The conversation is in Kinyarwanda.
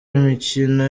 imikino